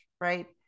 right